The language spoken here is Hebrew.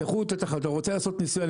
אתה רוצה לעשות ניסוי?